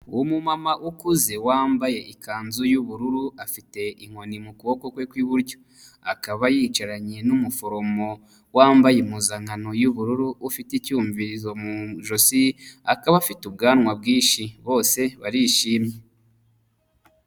Umumama ukuze wambaye ikanzu y'ubururu afite inkoni mu kuboko kwe kw'iburyo. Akaba yicaranye n'umuforomo wambaye impuzankano y'ubururu ufite icyumvirizo mu ijosi, akaba afite ubwanwa bwinshi, bose barishimye.